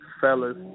fellas